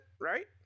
right